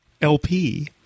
LP